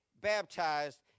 baptized